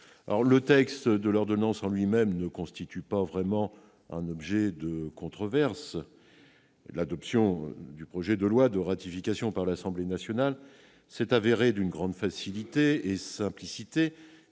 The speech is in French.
Le texte de l'ordonnance en lui-même ne constitue pas vraiment un objet de controverse. L'adoption du projet de loi de ratification par l'Assemblée nationale s'est avérée d'une grande facilité et simplicité,